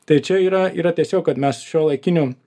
tai čia yra yra tiesiog kad mes šiuolaikiniu